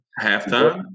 Halftime